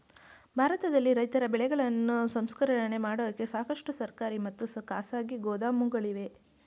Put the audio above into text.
ಭಾರತದಲ್ಲಿ ರೈತರ ಬೆಳೆಗಳನ್ನು ಸಂಸ್ಕರಣೆ ಮಾಡೋಕೆ ಸಾಕಷ್ಟು ಸರ್ಕಾರಿ ಮತ್ತು ಖಾಸಗಿ ಗೋದಾಮುಗಳಿವೆ